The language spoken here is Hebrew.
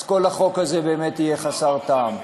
אז כל החוק הזה יהיה באמת חסר טעם.